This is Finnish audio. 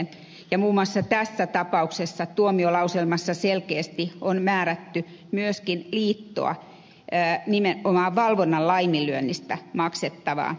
muun muassa tässä tapauksessa tuomiolauselmassa selkeästi on määrätty myöskin liitto nimenomaan valvonnan laiminlyönnistä maksamaan hyvityssakko